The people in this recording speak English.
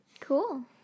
Cool